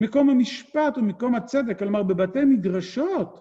מקום המשפט ומקום הצדק, כלומר, בבתי מדרשות.